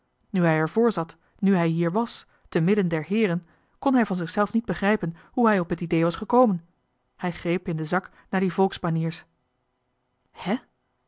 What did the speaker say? nu hij ervoor zat nu hij hier wàs te midden der heeren kon hij van zichzelf niet begrijpen hoe hij op het idee was gekomen hij greep in den zak naar die volksbanier's hè o